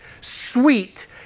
sweet